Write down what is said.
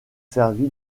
servi